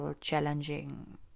challenging